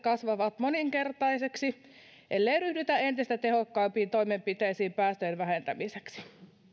kasvavat moninkertaisiksi ellei ryhdytä entistä tehokkaampiin toimenpiteisiin päästöjen vähentämiseksi